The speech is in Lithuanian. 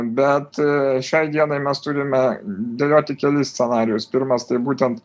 bet šiai dienai mes turime dėlioti kelis scenarijus pirmas tai būtent